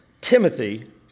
Timothy